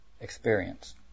experience